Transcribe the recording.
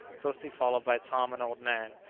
closely followed by tom and old nan,